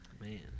man